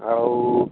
ଆଉ